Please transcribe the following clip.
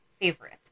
favorite